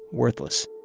worthless